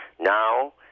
Now